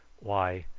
why,